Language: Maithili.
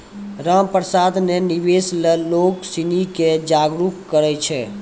रामप्रसाद ने निवेश ल लोग सिनी के जागरूक करय छै